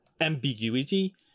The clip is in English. ambiguity